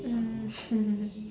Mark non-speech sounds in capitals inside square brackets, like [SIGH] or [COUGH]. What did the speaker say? mm [LAUGHS]